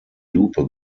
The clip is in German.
lupe